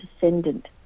descendant